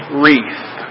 wreath